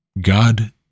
God